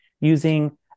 using